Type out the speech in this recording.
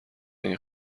این